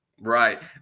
Right